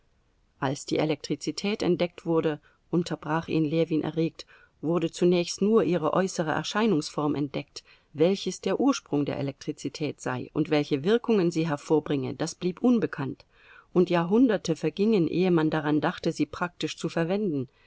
als die elektrizität entdeckt wurde unterbrach ihn ljewin erregt wurde zunächst nur ihre äußere erscheinungsform entdeckt welches der ursprung der elektrizität sei und welche wirkungen sie hervorbringe das blieb unbekannt und jahrhunderte vergingen ehe man daran dachte sie praktisch zu verwenden